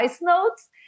notes